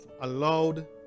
allowed